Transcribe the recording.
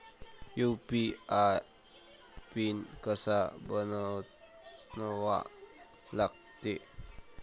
UPI PIN कसा बनवा लागते?